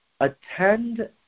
attend